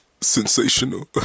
Sensational